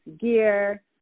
gear